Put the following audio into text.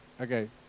okay